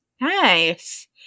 Nice